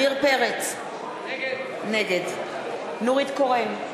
נגד נורית קורן,